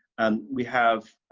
and we have,